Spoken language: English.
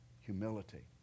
humility